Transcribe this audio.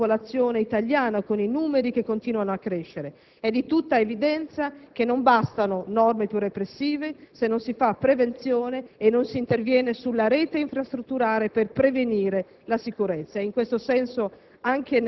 la popolazione italiana, con numeri che continuano a crescere: è di tutta evidenza infatti che non bastano norme più repressive se non si fa prevenzione e non si interviene sulla rete infrastrutturale per garantire la sicurezza. In questo senso,